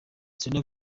selena